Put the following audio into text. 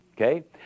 Okay